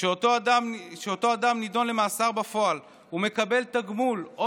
כשאותו אדם נידון למאסר בפועל ומקבל תגמול או